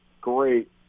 Great